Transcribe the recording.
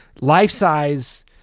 Life-size